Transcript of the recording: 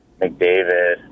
McDavid